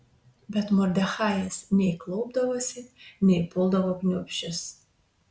bet mordechajas nei klaupdavosi nei puldavo kniūbsčias